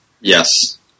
yes